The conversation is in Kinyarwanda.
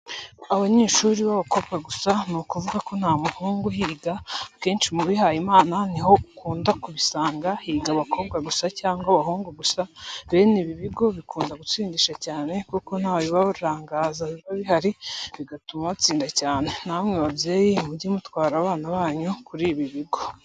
Abanyeshuri b'abakobwa gusa ni ukuvuga nta muhungu uhiga, akenshi mubihayimana ni ho ukunda kubisanga higa abakobwa gusa cyangwa abahungu gusa, bene ibi bigo bikunda gutsindisha cyane kuko ntabibarangaza biba bihari bigatuma batsinda cyane, namwe babyeyi mujye mutwara abana banyu kuri ibi bigo.